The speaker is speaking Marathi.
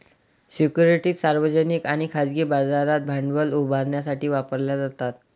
सिक्युरिटीज सार्वजनिक आणि खाजगी बाजारात भांडवल उभारण्यासाठी वापरल्या जातात